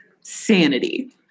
sanity